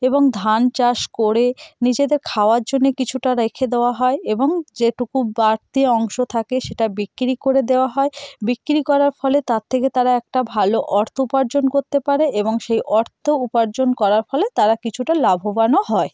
এবং ধান চাষ করে নিজেদের খাওয়ার জন্যে কিছুটা রেখে দেওয়া হয় এবং যেটুকু বাড়তি অংশ থাকে সেটা বিক্রি করে দেওয়া হয় বিক্রি করার ফলে তার থেকে তারা একটা ভালো অর্থ উপার্জন করতে পারে এবং সেই অর্থ উপার্জন করার ফলে তারা কিছুটা লাভবানও হয়